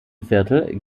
viertel